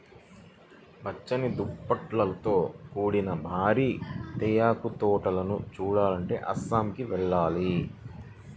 పచ్చని దుప్పట్లతో కూడిన భారీ తేయాకు తోటలను చూడాలంటే అస్సాంకి వెళ్ళాలి